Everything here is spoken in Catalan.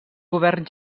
govern